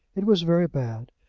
it was very bad,